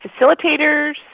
facilitators